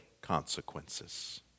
consequences